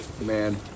Man